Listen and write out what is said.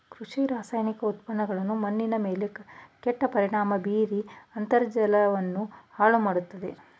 ಕೃಷಿ ರಾಸಾಯನಿಕ ಉತ್ಪನ್ನಗಳು ಮಣ್ಣಿನ ಮೇಲೆ ಕೆಟ್ಟ ಪರಿಣಾಮ ಬೀರಿ ಅಂತರ್ಜಲವನ್ನು ಹಾಳು ಮಾಡತ್ತದೆ